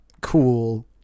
Cool